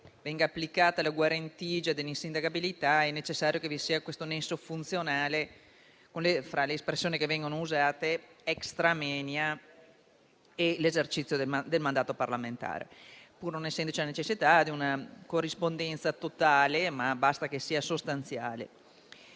venga applicata la guarentigia dell'insindacabilità, è necessario che vi sia nesso funzionale fra le espressioni che vengono usate *extra moenia* e l'esercizio del mandato parlamentare, pur non essendoci la necessità di una corrispondenza totale, ma sostanziale.